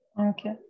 Okay